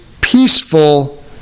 peaceful